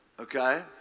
okay